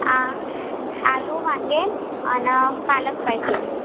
आं आलू वांगे आणि पालक पाहिजे